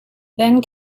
then